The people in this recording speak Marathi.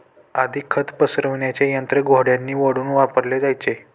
आधी खत पसरविण्याचे यंत्र घोड्यांनी ओढून वापरले जायचे